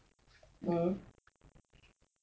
no